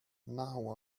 now